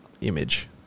image